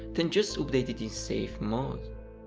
then just update it in safe mode.